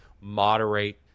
moderate